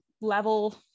level